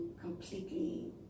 completely